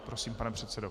Prosím, pane předsedo.